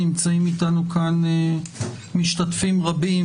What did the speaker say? נמצאים אתנו כאן משתתפים רבים,